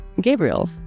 Gabriel